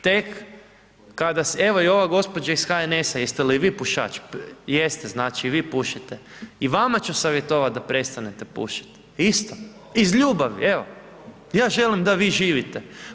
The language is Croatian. Tek kada se, evo i ova gospođa iz HNS-a, jeste li vi pušač?, jeste znači, i vi pušite, i vama ću savjetovati da prestanete pušiti, isto, iz ljubavi, evo ja želim da vi živite.